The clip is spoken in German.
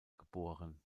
geboren